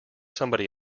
somebody